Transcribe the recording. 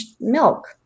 milk